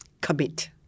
commit